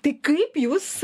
tai kaip jūs